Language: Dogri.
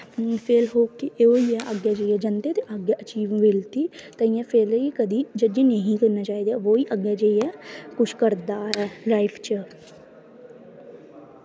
फेल होई गे अग्गें जाइयै जंदे ते अग्गें अचीव मिलदी ते इ'यां फेल गी कदें जज नेईं करना चाहिदा ओह् ही अग्गें जाइयै किश करदा ऐ लाईफ च